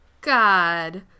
God